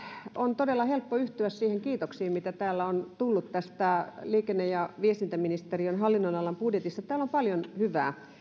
on todella helppo yhtyä niihin kiitoksiin mitä täällä on tullut tästä liikenne ja viestintäministeriön hallinnonalan budjetista täällä on paljon hyvää